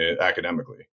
academically